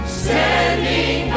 standing